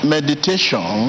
Meditation